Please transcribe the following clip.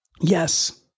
yes